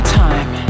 time